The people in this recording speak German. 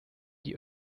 die